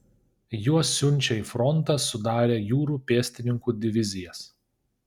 juos siunčia į frontą sudarę jūrų pėstininkų divizijas